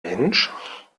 mensch